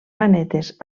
manetes